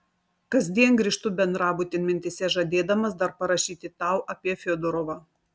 kasdien grįžtu bendrabutin mintyse žadėdamas dar parašyti tau apie fiodorovą